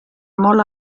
molt